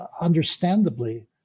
understandably